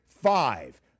five